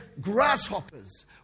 grasshoppers